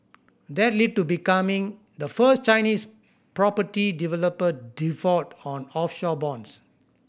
that lead to becoming the first Chinese property developer default on offshore bonds